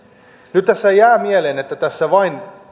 nyt tässä jää mieleen että tässä vain